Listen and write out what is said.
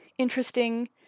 interesting